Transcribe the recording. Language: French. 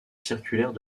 circulaire